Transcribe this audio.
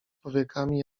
powiekami